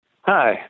Hi